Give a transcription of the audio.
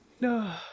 No